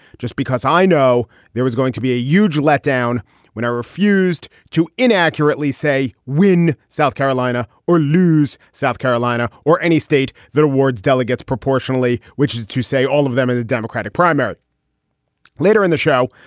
just because i know there is going to be a huge letdown when i refused to inaccurately say win south carolina or lose south carolina or any state that awards delegates proportionally, which is to say all of them in the democratic primary later in the show,